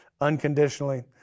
unconditionally